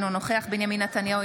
אינו נוכח בנימין נתניהו,